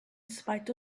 spite